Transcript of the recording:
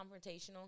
confrontational